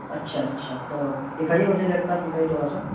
اچھا اچھا تو دکھائیے مجھے لیپ ٹاپ دکھائیے تھوڑا سا